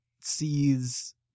sees